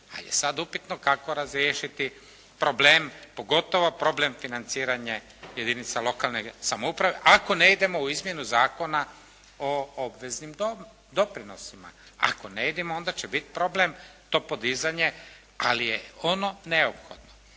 je sada upitno kako razriješiti problem pogotovo problem financiranje jedinica lokalne samouprave ako ne idemo u izmjenu Zakona o obveznim doprinosima. Ako ne idemo onda će biti problem to podizanje, ali je ono neophodno.